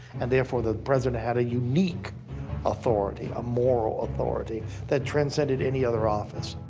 and therefore the president had a unique authority, a moral authority that transcended any other office.